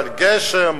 על גשם,